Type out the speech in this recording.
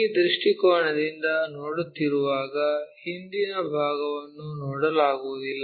ಈ ದೃಷ್ಟಿಕೋನದಿಂದ ನೋಡುತ್ತಿರುವಾಗ ಹಿಂದಿನ ಭಾಗವನ್ನು ನೋಡಲಾಗುವುದಿಲ್ಲ